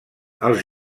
els